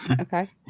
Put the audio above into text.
okay